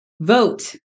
vote